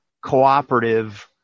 cooperative